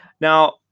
now